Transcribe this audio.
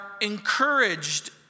encouraged